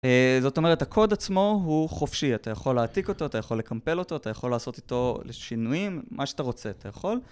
זאת אומרת הקוד עצמו הוא חופשי, אתה יכול להעתיק אותו, אתה יכול לקמפל אותו, אתה יכול לעשות איתו שינויים, מה שאתה רוצה, אתה יכול.